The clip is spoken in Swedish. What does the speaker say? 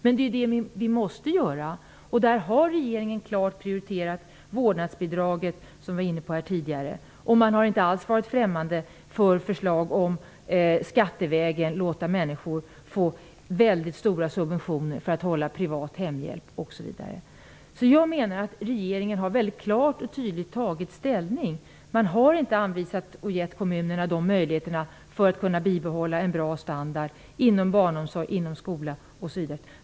Men det är ju det vi måste göra. Där har regeringen klart prioriterat vårdnadsbidraget, som vi var inne på här tidigare, och man har inte alls varit främmande för förslag om att skattevägen låta människor få väldigt stora subventioner för att hålla privat hemhjälp, osv. Jag menar att regeringen klart och tydligt har tagit ställning. Man har inte givit kommunerna möjlighet att bibehålla en bra standard inom barnomsorg, inom skolan, osv.